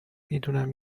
میدونم